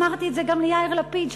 אמרתי את זה גם ליאיר לפיד,